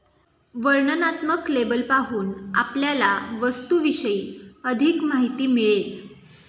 वर्णनात्मक लेबल पाहून आपल्याला वस्तूविषयी अधिक माहिती मिळेल